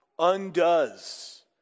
undoes